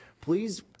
please